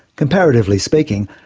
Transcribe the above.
comparatively speaking,